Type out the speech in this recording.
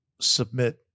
submit